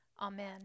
Amen